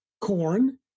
corn